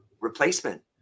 replacement